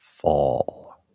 Fall